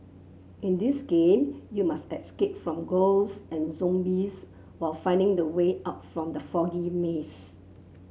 in this game you must escape from ghosts and zombies while finding the way out from the foggy maze